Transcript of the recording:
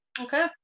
okay